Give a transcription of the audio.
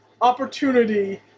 opportunity